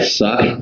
suck